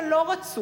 אבל לא רצוי,